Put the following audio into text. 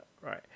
Right